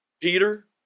Peter